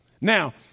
Now